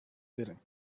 setting